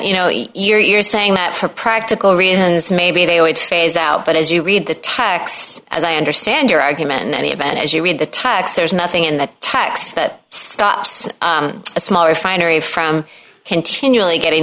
you know you're you're saying that for practical reasons maybe they know it's phase out but as you read the text as i understand your argument many about as you read the text there's nothing in the text that stops a small refinery from continually getting